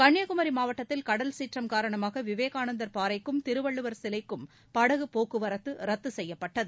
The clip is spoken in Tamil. கன்னியாகுமரி மாவட்டத்தில் கடல்சீற்றம் காரணமாக விவேகானந்தர் பாறைக்கும் திருவள்ளுவர் சிலைக்கும் படகு போக்குவரத்து ரத்து செய்யப்பட்டது